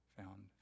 found